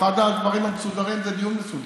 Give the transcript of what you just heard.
אחד הדברים המסודרים זה דיון מסודר.